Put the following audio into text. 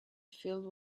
filled